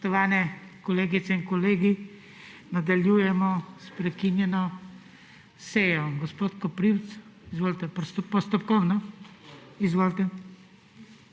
Spoštovani kolegice in kolegi, nadaljujemo s prekinjeno sejo. Gospod Koprivc, izvolite, postopkovno. **MAG.